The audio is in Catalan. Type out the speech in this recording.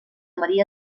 maria